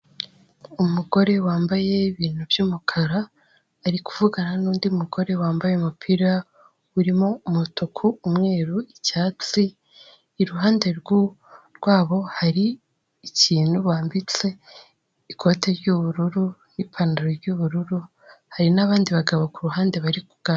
Umugore wambaye ibintu by'umukara, ari kuvugana n'undi mugore wambaye umupira urimo umutuku, umweru, icyatsi, iruhande rwabo hari ikintu bambitse ikoti ry'ubururu n'ipantaro y'ubururu, hari n'abandi bagabo ku ruhande bari kuganira.